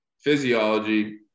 physiology